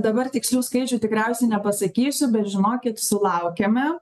dabar tikslių skaičių tikriausiai nepasakysiu bet žinokit sulaukiame